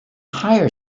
higher